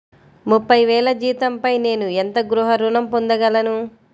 ముప్పై వేల జీతంపై నేను ఎంత గృహ ఋణం పొందగలను?